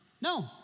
no